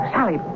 Sally